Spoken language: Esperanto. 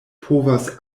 povas